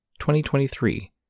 2023